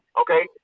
okay